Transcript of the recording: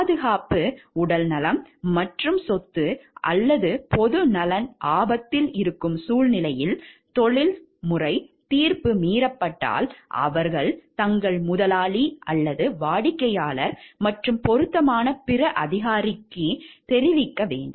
பாதுகாப்பு உடல்நலம் மற்றும் சொத்து அல்லது பொது நலன் ஆபத்தில் இருக்கும் சூழ்நிலையில் தொழில்முறை தீர்ப்பு மீறப்பட்டால் அவர்கள் தங்கள் முதலாளி அல்லது வாடிக்கையாளர் மற்றும் பொருத்தமான பிற அதிகாரத்திற்கு தெரிவிக்க வேண்டும்